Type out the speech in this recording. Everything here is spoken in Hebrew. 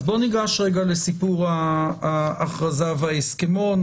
בואו ניגש רגע לסיפור ההכרזה וההסכמון.